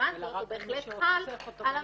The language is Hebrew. לעומת זאת, הוא בהחלט חל על המפרסם.